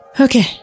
Okay